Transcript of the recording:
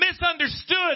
misunderstood